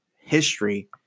history